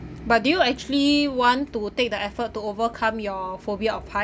but do you actually want to take the effort to overcome your phobia of heights